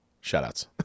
shout-outs